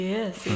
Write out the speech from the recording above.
Yes